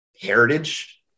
heritage